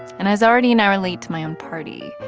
and i was already an hour late to my own party.